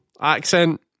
accent